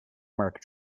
mark